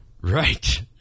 Right